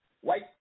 white